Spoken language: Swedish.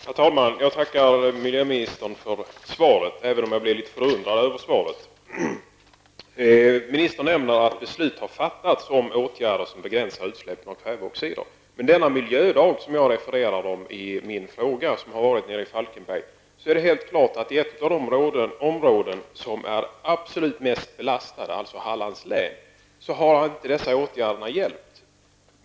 Herr talman! Jag tackar miljöministern för svaret, även om jag blev litet förundrad över det. Ministern nämner att beslut har fattats om åtgärder som begränsar utsläppen av kväveoxider. Men på den miljödag i Falkenberg som jag refererar till i min fråga, stod det helt klart att inom ett av de områden som är absolut mest belastade, nämligen Hallands län, har inte dessa åtgärder hjälpt.